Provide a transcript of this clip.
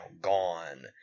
gone